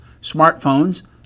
smartphones